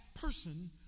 person